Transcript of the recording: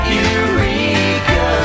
Eureka